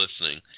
listening